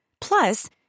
Plus